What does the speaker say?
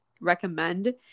recommend